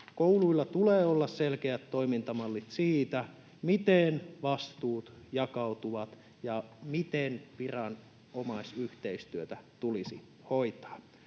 Kouluilla tulee olla selkeät toimintamallit siitä, miten vastuut jakautuvat ja miten viranomaisyhteistyötä tulisi hoitaa.